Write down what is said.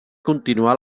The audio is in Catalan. continuar